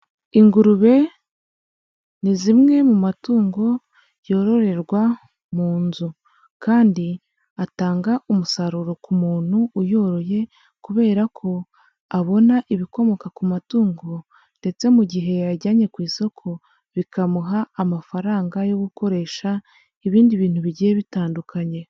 Ingurube ni zimwe mu matungo yororerwa mu nzu kandi atanga umusaruro ku muntu uyoroye kubera ko abona ibikomoka ku matungo ndetse mu gihe yayajyanye ku isoko, bikamuha amafaranga yo gukoresha ibindi bintu bigiye bitandukanye.